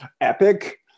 epic